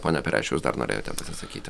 pone pereščiau jūs dar norėjote pasakyti